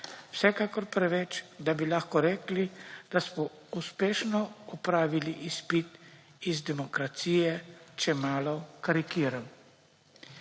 Vsekakor preveč, da bi lahko rekli, da smo uspešno opravili izpit iz demokracije, če malo karikiram.